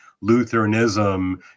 Lutheranism